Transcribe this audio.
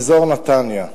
באזור נתניה.